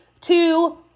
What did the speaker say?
two